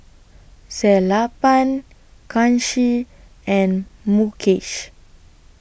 Sellapan Kanshi and Mukesh